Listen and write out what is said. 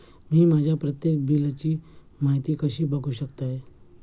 मी माझ्या प्रत्येक बिलची माहिती कशी बघू शकतय?